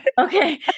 Okay